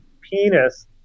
penis